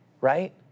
Right